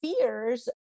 fears